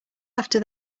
after